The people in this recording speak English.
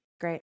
Great